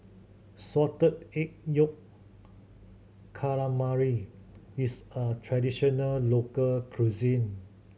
Salted Egg Yolk Calamari is a traditional local cuisine